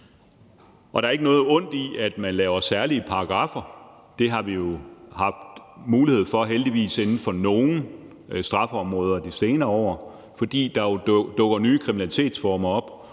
Der er ikke noget ondt i, at man laver særlige paragrafer. Det har vi jo heldigvis i de senere år haft mulighed for på nogle strafområder, fordi der dukker nye kriminalitetsformer op,